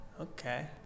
Okay